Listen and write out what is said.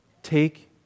Take